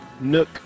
Nook